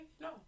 No